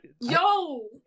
Yo